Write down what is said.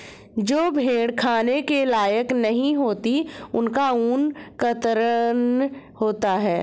जो भेड़ें खाने के लायक नहीं होती उनका ऊन कतरन होता है